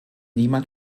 niemand